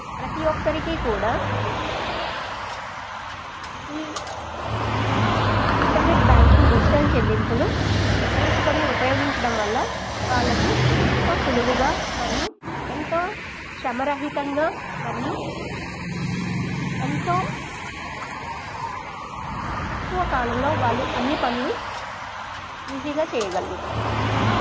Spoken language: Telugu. ప్రతీ ఒక్కరికి కూడా ఈ ఇంటర్నెట్ బ్యాంకింగ్ డిజిటల్ చెల్లింపులు తెలుసుకొని ఉపయోగించడం వల్ల వాళ్ళకి ఎంతో సులువుగా మరియు ఎంతో శ్రమరహితంగా మరియు ఎంతో తక్కువ కాలంలో వాళ్ళు అన్ని పనులు ఈజీగా చేయగలుగుతున్నారు